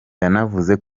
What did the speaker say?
yanavuze